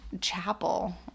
chapel